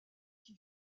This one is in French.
qui